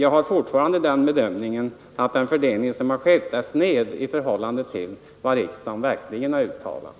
studenternas fortfarande den bedömningen att den fördelning som har skett är sned i ekonomiska SSE förhållande till vad riksdagen verkligen har uttalat.